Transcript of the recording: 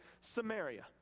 Samaria